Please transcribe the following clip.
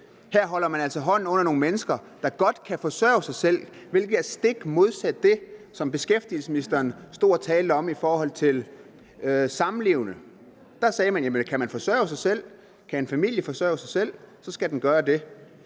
Her holder man altså hånden under nogle mennesker, der godt kan forsørge sig selv, hvilket er stik modsat det, som beskæftigelsesministeren stod og talte om i forhold til samlevende. For da blev det nemlig sagt, at kan man forsørge sig selv, kan en familie forsørge sig selv, så skal man gøre det.